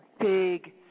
big